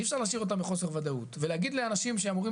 אי אפשר להשאיר אותם בחוסר וודאות ולהגיד לאנשים שאמורים